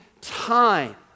time